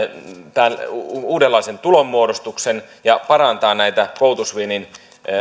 tämän uudenlaisen tulonmuodostuksen ja parantaa näitä koulutusviennin